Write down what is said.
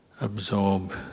absorb